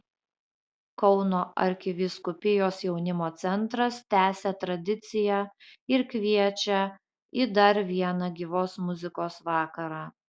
kauno arkivyskupijos jaunimo centras tęsia tradiciją ir kviečią į dar vieną gyvos muzikos vakarą